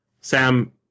Sam